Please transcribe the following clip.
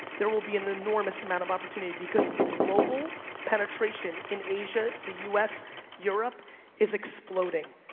there will be an enormous amount of opportunity because the global penetration in asia, the u s europe is exploding.